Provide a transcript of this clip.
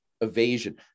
evasion